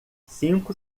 cinco